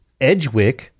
Edgewick